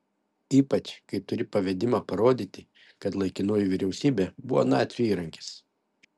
ypač kai turi pavedimą parodyti kad laikinoji vyriausybė buvo nacių įrankis